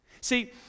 See